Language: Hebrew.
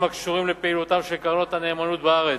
הקשורים לפעילותן של קרנות הנאמנות בארץ.